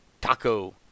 taco